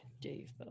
dave